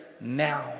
now